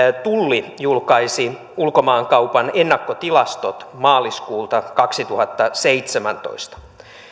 tulli julkaisi ulkomaankaupan ennakkotilastot maaliskuulta kaksituhattaseitsemäntoista